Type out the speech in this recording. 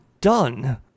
done